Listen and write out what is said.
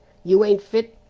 you ain't fit.